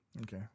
Okay